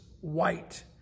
white